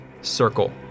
circle